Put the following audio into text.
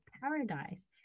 paradise